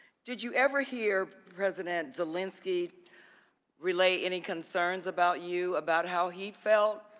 did you ever hear president zelensky relate any concerns about you, about how he felt,